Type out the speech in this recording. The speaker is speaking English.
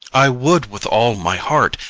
i would with all my heart,